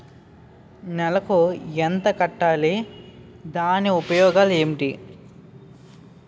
నెలకు ఎంత కట్టాలి? దాని ఉపయోగాలు ఏమిటి?